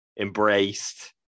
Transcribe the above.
embraced